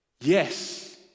yes